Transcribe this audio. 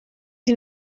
sie